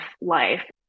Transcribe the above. life